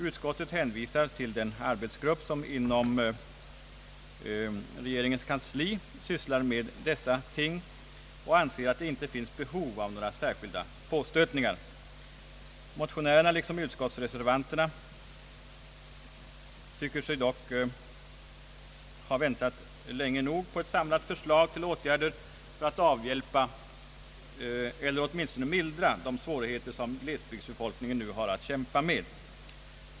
Utskottet hänvisar till den arbetsgrupp som inom regeringens kansli sysslar med dessa ting och anser att det inte finns behov av några särskilda påstötningar. Motionärerna liksom utskottsreservanterna anser dock att de har väntat länge nog på ett samlat förslag till åtgärder för att avhjälpa eller åtminstone lindra de svårigheter som glesbygdsbefolkningen nu har att kämpa mot.